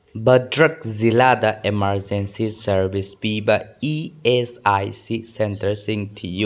ꯚꯗ꯭ꯔꯛ ꯖꯤꯜꯂꯥꯗ emergencies service ꯄꯤꯕ E S I C ꯁꯦꯟꯇꯔꯁꯤꯡ ꯊꯤꯌꯨ